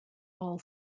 all